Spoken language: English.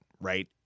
right